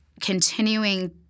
continuing